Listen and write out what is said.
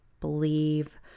believe